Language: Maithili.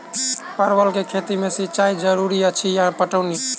परवल केँ खेती मे सिंचाई जरूरी अछि या पटौनी?